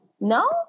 no